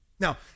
Now